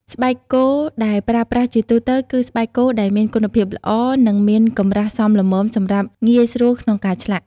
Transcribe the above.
ស្បែកគោដែលប្រើប្រាស់ជាទូទៅគឺស្បែកគោដែលមានគុណភាពល្អ និងមានកម្រាស់សមល្មមសម្រាប់ងាយស្រួលក្នុងការឆ្លាក់។